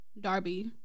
Darby